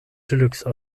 deluxe